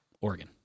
Oregon